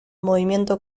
movimiento